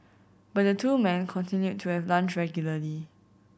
but the two men continued to have lunch regularly